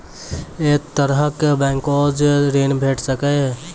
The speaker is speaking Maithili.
ऐ तरहक बैंकोसऽ ॠण भेट सकै ये?